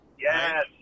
Yes